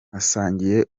asangiye